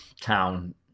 town